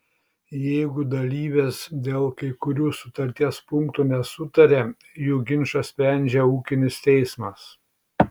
jeigu dalyvės dėl kai kurių sutarties punktų nesutaria jų ginčą sprendžia ūkinis teismas